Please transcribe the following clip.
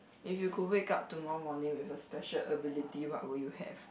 if you could wake up tomorrow morning with a special ability what would you have